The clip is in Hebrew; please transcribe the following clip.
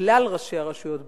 לכלל ראשי הרשויות בארץ,